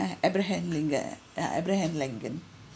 a abraham lincoln ya abraham lincoln